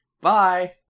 Bye